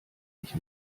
ich